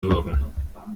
würgen